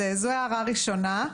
זו הערה ראשונה.